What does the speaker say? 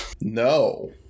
No